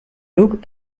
look